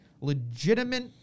legitimate